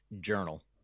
journal